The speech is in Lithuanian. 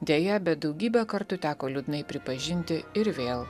deja bet daugybę kartų teko liūdnai pripažinti ir vėl